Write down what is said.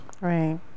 Right